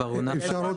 בעוד